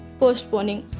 postponing